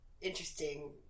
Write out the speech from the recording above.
interesting